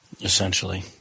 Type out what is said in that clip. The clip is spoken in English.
Essentially